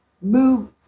move